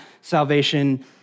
salvation